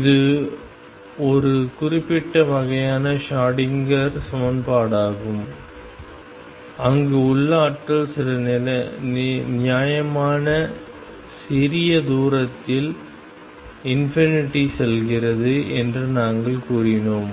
இது ஒரு குறிப்பிட்ட வகையான ஷ்ரோடிங்கர் சமன்பாடாகும் அங்கு உள்ளாற்றல் சில நியாயமான சிறிய தூரத்தில் செல்கிறது என்று நாங்கள் கூறினோம்